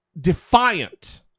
defiant